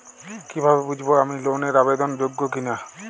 কীভাবে বুঝব আমি লোন এর আবেদন যোগ্য কিনা?